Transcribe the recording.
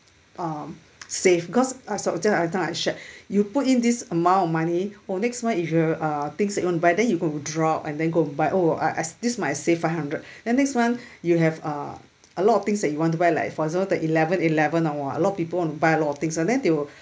um save cause uh so just now I thought I share you put in this amount of money oh next month is there uh things that you want to buy then you're going to draw and then go and buy oh I I this month I save five hundred then next month you have uh a lot of things that you want to buy like for example the eleven eleven !wah! a lot of people want to buy a lot of things and then they will